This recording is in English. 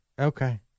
Okay